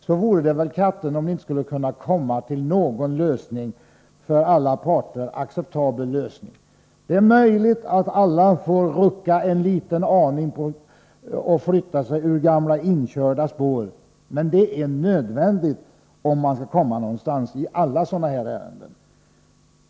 Då vore det väl egendomligt, om ni inte skulle kunna komma till någon för alla parter acceptabel lösning. Det är möjligt att alla får rucka en liten aning på sina ståndpunkter och flytta sig ur gamla inkörda spår, men det är nödvändigt om man skall kunna komma någonstans i alla sådana här ärenden.